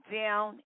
down